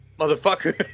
motherfucker